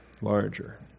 Larger